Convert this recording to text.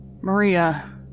Maria